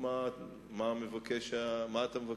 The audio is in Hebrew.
מה המציע, מה אתה מבקש?